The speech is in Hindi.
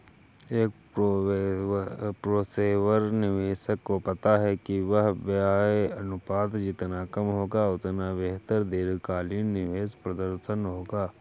एक पेशेवर निवेशक को पता है कि व्यय अनुपात जितना कम होगा, उतना बेहतर दीर्घकालिक निवेश प्रदर्शन होगा